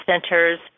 centers